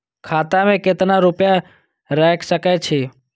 खाता में केतना रूपया रैख सके छी?